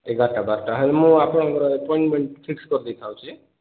ଏଗାରଟା ବାରଟା ହେଲେ ମୁଁ ଆପଣଙ୍କର ଆପଏଣ୍ଟମେଣ୍ଟ୍ ଫିକ୍ସ୍ କରିଦେଇ ଥାଉଛି